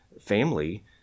family